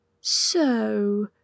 So